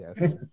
Yes